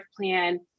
plan